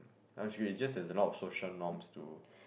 uh it's great it''s just there's a lot of social norms too